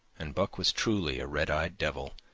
and buck was truly a red-eyed devil,